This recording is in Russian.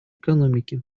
экономики